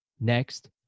next